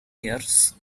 ears